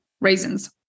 reasons